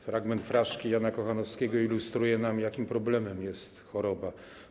Fragment fraszki Jana Kochanowskiego ilustruje nam, jakim problemem jest choroba.